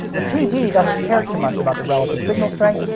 a tv doesn't care too much about the relative signal strength,